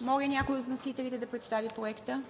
Моля някой от вносителите да представи проекта.